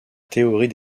théorie